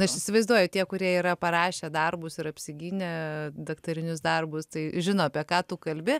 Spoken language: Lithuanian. aš įsivaizduoju tie kurie yra parašę darbus ir apsigynę daktarinius darbus tai žino apie ką tu kalbi